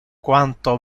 quanto